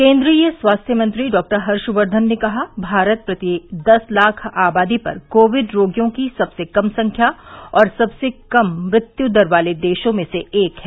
केंद्रीय स्वास्थ्य मंत्री डॉ हर्षवर्धन ने कहा भारत प्रति दस लाख आबादी पर कोविड रोगियों की सबसे कम संख्या और सबसे कम मृत्यु दर वाले देशों में से एक है